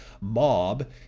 Mob